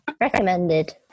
Recommended